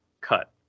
cut